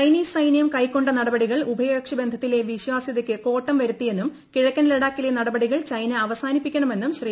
Chinese സൈന്യം കൈക്കൊണ്ട നടപടികൾ ഉഭയകക്ഷി ബന്ധത്തിലെ വിശ്വാസ്യതയ്ക്ക് കോട്ടം വരുത്തിയെന്നും കിഴക്കൻ ലഡാക്കിലെ നടപടികൾ ചൈന അവസാനിപ്പിക്കണമെന്നും ശ്രീ